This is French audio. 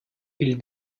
ils